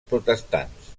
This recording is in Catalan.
protestants